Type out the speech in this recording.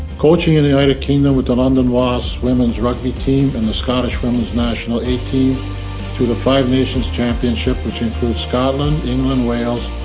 coaching in the united kingdom with the london wasps women's rugby team, and the scottish women's national a team, through the five nations championship which includes scotland, england, wales,